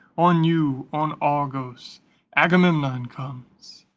on you, on argos agamemnon comes.